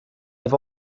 i’ve